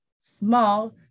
small